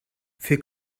für